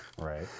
Right